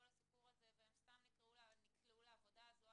כל הסיפור הזה והוא סתם נקלע לעבודה זו